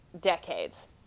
decades